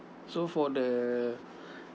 so for the